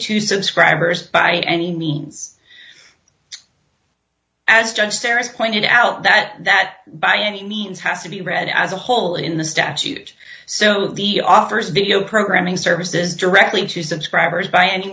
to subscribers by any means as judged terrorist pointed out that by any means has to be read as a whole in the statute so the authors video programming services directly to subscribers by any